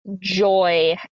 joy